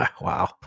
Wow